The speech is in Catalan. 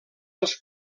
els